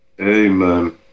Amen